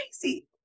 crazy